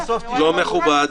לא מכובד.